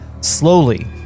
Slowly